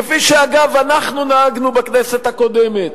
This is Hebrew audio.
כפי שאגב אנחנו נהגנו בכנסת הקודמת,